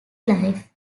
life